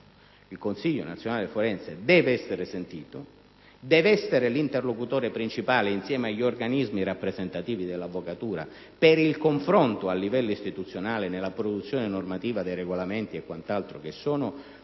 del Consiglio nazionale forense. Questo organo deve essere sentito e deve essere l'interlocutore principale, insieme agli organismi rappresentativi dell'avvocatura, per il confronto a livello istituzionale nella produzione normativa dei regolamenti che sono